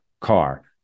car